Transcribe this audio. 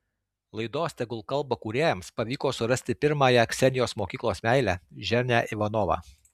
laidos tegul kalba kūrėjams pavyko surasti pirmąją ksenijos mokyklos meilę ženią ivanovą